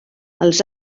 els